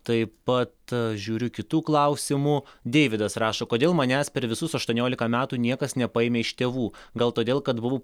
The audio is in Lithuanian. taip pat žiūriu kitų klausimų deividas rašo kodėl manęs per visus aštuoniolika metų niekas nepaėmė iš tėvų gal todėl kad buvau